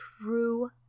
true